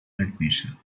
admission